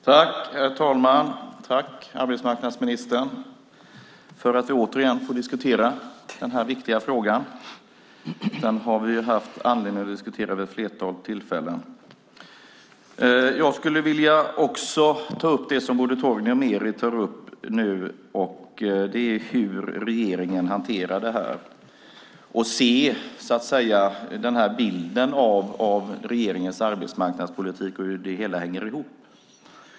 Herr talman! Tack, arbetsmarknadsministern, för att vi återigen får diskutera den här viktiga frågan! Den har vi haft anledning att diskutera vid ett flertal tillfällen. Jag skulle också vilja ta upp det som både Torgny och Meeri tar upp, och det är hur regeringen hanterar den här frågan, hur bilden ser ut av regeringens arbetsmarknadspolitik och hur det hela hänger ihop.